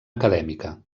acadèmica